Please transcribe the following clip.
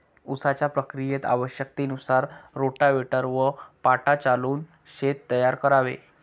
उसाच्या प्रक्रियेत आवश्यकतेनुसार रोटाव्हेटर व पाटा चालवून शेत तयार करावे